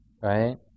right